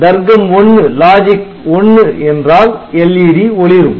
தர்க்கம் 1 என்றால் LED ஒளிரும்